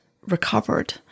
recovered